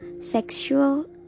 sexual